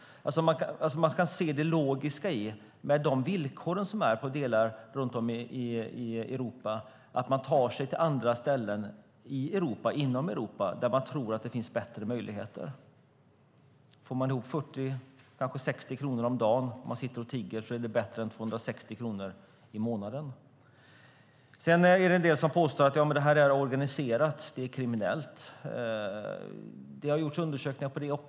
Med de villkor som finns i olika delar av Europa går det att se det logiska i att man tar sig till andra ställen i Europa där man tror att det finns bättre möjligheter. Får man ihop 40 eller kanske 60 kronor om dagen när man sitter och tigger, då är det bättre än 260 kronor i månaden. En del påstår att detta är organiserat, kriminellt. Det har gjorts undersökningar av det.